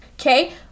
Okay